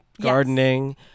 gardening